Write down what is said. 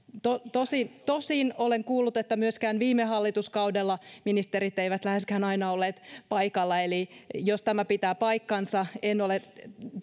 tosin olen kuullut että myöskään viime hallituskaudella ministerit eivät läheskään aina olleet paikalla eli jos tämä pitää paikkansa en ole